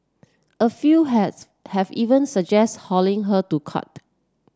a few has have even suggested hauling her to court